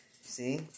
See